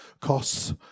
costs